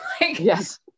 Yes